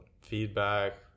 feedback